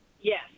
Yes